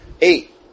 Eight